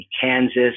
Kansas